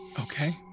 Okay